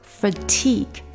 fatigue